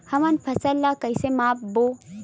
हमन फसल ला कइसे माप बो?